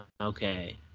Okay